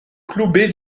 clube